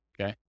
okay